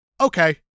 okay